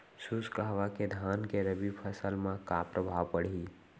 शुष्क हवा के धान के रबि फसल मा का प्रभाव पड़ही?